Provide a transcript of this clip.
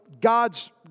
God's